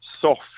soft